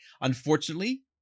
unfortunately